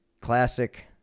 classic